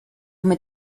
mit